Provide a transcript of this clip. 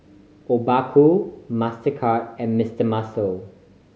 Obaku Mastercard and Mister Muscle